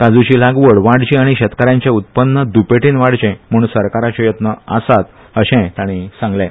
काज्ची लागवड वाडची आनी शेतकारांचे उत्पन्न दुपेटीन वाडचे म्हण सरकाराचे यत्न आसात अर्शेय तांणी सांगलें